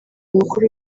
umukuru